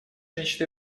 мечты